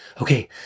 okay